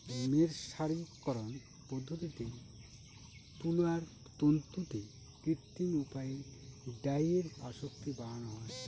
মের্সারিকরন পদ্ধতিতে তুলার তন্তুতে কৃত্রিম উপায়ে ডাইয়ের আসক্তি বাড়ানো হয়